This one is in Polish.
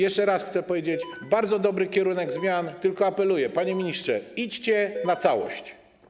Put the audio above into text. Jeszcze raz chcę powiedzieć: bardzo dobry kierunek zmian, tylko apeluję: panie ministrze, idźcie na całość.